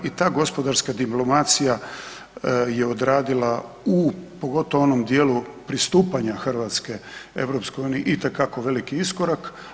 I ta gospodarska diplomacija je odradila u, pogotovo onom dijelu pristupanja Hrvatske EU itekako veliki iskorak.